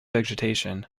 vegetation